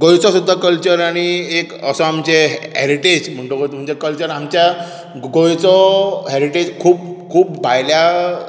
गोंयचो सुद्दा कल्चर आनी एक असो आमचो हेरीटेज म्हणटकूच कल्चर आमच्या गोंयचो हेरीटेज खूब खूब भायल्या